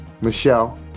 Michelle